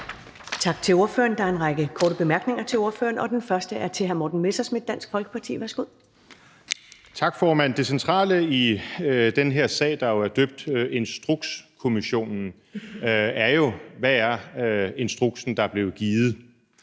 Tak til ordføreren. Der er en række korte bemærkninger til ordføreren. Først er det fra hr. Morten Messerschmidt, Dansk Folkeparti. Værsgo. Kl. 10:35 Morten Messerschmidt (DF): Tak, formand. Det centrale i den her sag, der er døbt Instrukskommissionen, er jo: Hvad er instruksen, der blev givet?